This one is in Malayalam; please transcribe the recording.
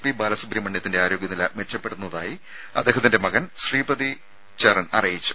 പി ബാലസുബ്രഹ്മണ്യത്തിന്റെ ആരോഗ്യനില മെച്ചപ്പെടുന്നതായി അദ്ദേഹത്തിന്റെ മകൻ ശ്രീപദി ചരൺ അറിയിച്ചു